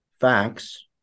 facts